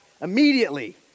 immediately